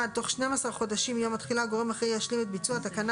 (1)תוך 12 חודשים מיום התחילה גורם אחראי ישלים את ביצוע תקנה